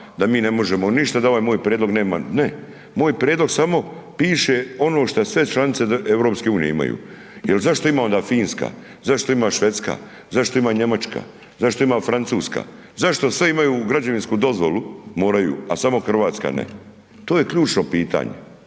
da mi ne možemo ništa, da ovaj moj prijedlog nema, ne, moj prijedlog samo piše ono što sve članice EU imaju. Jel zašto ima onda Finska, zašto ima Švedska, zašto ima Njemačka, zašto ima Francuska, zašto sve imaju građevinsku dozvolu moraju, a samo RH ne, to je ključno pitanje